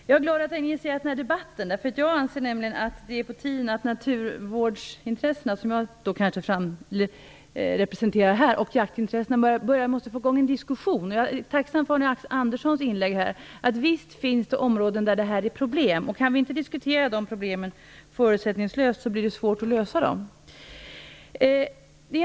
Fru talman! Jag är glad över att den här debatten initierats, jordbruksministern och andra! Jag anser nämligen att det är på tiden att få i gång en diskussion beträffande naturvårdsintressena, vilka jag kanske här representerar, och jaktintressena. Jag är tacksam för Arne Anderssons inlägg här. Visst finns det områden där det vi här tar upp är problem. Kan vi inte diskutera de problemen förutsättningslöst, blir det svårt att lösa dem.